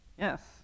Yes